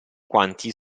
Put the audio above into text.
quanti